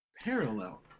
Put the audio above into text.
parallel